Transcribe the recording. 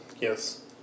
Yes